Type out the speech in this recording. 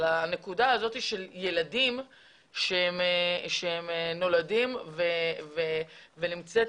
אבל הנקודה הזו של ילדים שהם נולדים ונמצאת